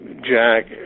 Jack